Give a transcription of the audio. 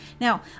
Now